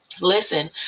Listen